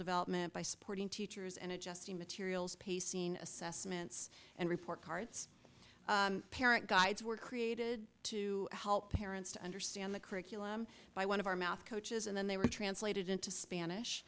development by supporting teachers and adjusting materials pay scene assessments and report cards parent guides were created to help parents to understand the curriculum by one of our math coaches and then they were translated into